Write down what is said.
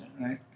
right